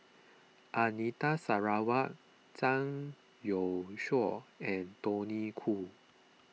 Anita Sarawak Zhang Youshuo and Tony Khoo